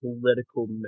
political